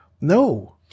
no